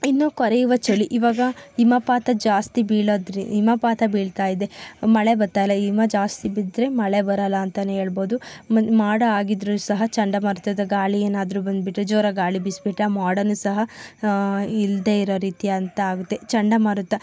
ಇನ್ನೂ ಕೊರೆಯುವ ಚಳಿ ಇವಾಗ ಹಿಮಪಾತ ಜಾಸ್ತಿ ಬಿಳೋದ್ರಿ ಹಿಮಪಾತ ಬೀಳ್ತಾಯಿದೆ ಮಳೆ ಬರ್ತಾಯಿಲ್ಲ ಹಿಮ ಜಾಸ್ತಿ ಬಿದ್ದರೆ ಮಳೆ ಬರಲ್ಲಾಂತಲೇ ಹೇಳ್ಬೋದು ಮೋಡ ಆಗಿದ್ದರೂ ಸಹ ಚಂಡಮಾರುತದ ಗಾಳಿ ಏನಾದರೂ ಬಂದ್ಬಿಟ್ರೆ ಜೋರಾಗಿ ಗಾಳಿ ಬೀಸಿಬಿಟ್ರೆ ಆ ಮೋಡನೂ ಸಹ ಇಲ್ಲದೇ ಇರೋ ರೀತಿಯಂಥ ಆಗುತ್ತೆ ಚಂಡಮಾರುತ